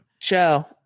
Joe